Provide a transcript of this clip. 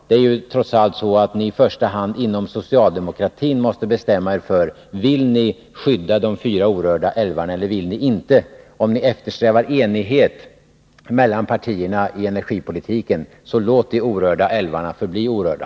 Det är ju trots allt så att ni i första hand inom socialdemokratin måste bestämma er: Vill ni skydda de fyra orörda älvarna eller vill ni inte? Om ni eftersträvar enighet mellan partierna i energipolitiken, låt då de orörda älvarna förbli orörda!